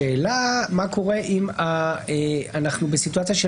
השאלה מה קורה אם אנחנו בסיטואציה של